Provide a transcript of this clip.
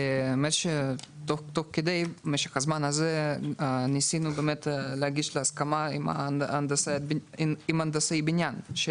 ובמשך הזמן הזה ניסינו באמת להגיש להסכמה עם מהנדסי בניין,